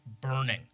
burning